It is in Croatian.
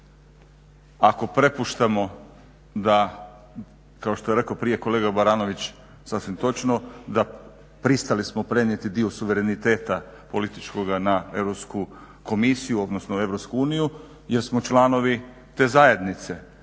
Ako prepuštamo da, kao što je rekao prije kolega Baranović sasvim točno, da pristali smo prenijeti dio suvereniteta političkoga na Europsku komisiju, odnosno EU, jer smo članovi te zajednice.